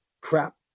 crap